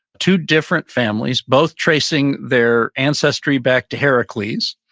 two different families, both tracing their ancestry back to heracles.